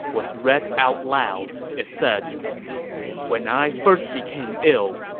was read out loud. it said when i first became ill,